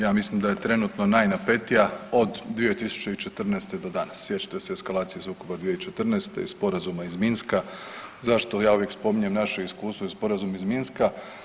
Ja mislim da je trenutno najnapetija od 2014. do danas, sjećate se eskalacije ... 2014. i sporazuma iz Minska, zašto ja uvijek spominjem naše iskustvo i sporazum iz Minska?